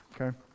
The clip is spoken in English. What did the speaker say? okay